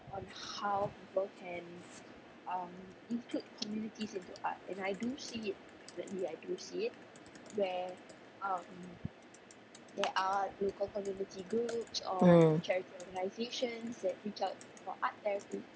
mm